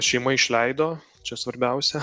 šeima išleido čia svarbiausia